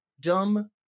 dumb